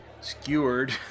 skewered